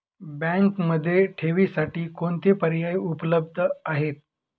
बँकेमध्ये ठेवींसाठी कोणते पर्याय उपलब्ध आहेत?